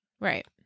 Right